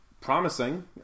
promising